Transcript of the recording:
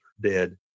dead